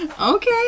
Okay